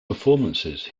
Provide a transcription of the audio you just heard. performances